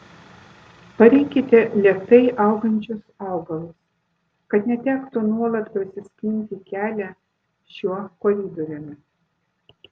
parinkite lėtai augančius augalus kad netektų nuolat prasiskinti kelią šiuo koridoriumi